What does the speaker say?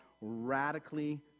radically